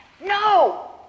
No